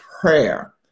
prayer